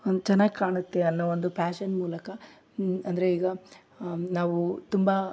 ಒಂದು ಚೆನ್ನಾಗಿ ಕಾಣುತ್ತೆ ಅನ್ನೊ ಒಂದು ಪ್ಯಾಶನ್ ಮೂಲಕ ಅಂದರೆ ಈಗ ನಾವು ತುಂಬಾ